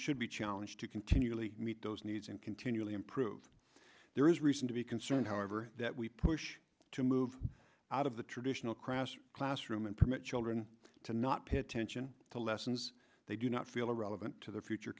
should be challenged to continually meet those needs and continually improve there is reason to be concerned however that we push to move out of the traditional crass classroom and permit children to not pay attention to lessons they do not feel are relevant to their future